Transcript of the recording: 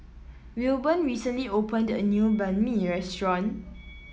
Wilburn recently opened a new Banh Mi restaurant